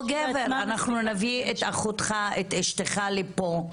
או גבר "אנחנו נביא את אחותך, את אשתך לפה,